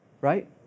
Right